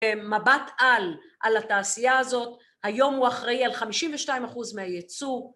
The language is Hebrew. מבט על, על התעשייה הזאת, היום הוא אחראי על חמישים ושתיים אחוז מהייצוא